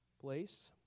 place